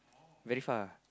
very far